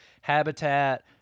habitat